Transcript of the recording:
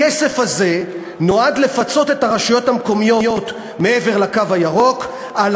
הכסף הזה נועד לפצות את הרשויות המקומיות מעבר לקו הירוק על